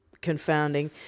confounding